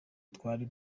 twari